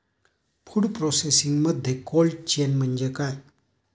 Food प्रोसेसिंगमध्ये cold chain म्हणजे काय?